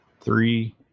Three